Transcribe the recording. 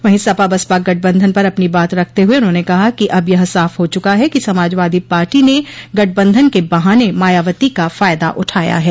वहीं सपा बसपा गठबंधन पर अपनी बात रखते हुए उन्होंने कहा कि अब यह साफ हो चुका है कि समाजवादी पार्टी ने गठबंधन के बहाने मायावती का फायदा उठाया है